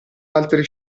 altre